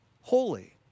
holy